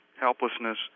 helplessness